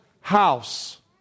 house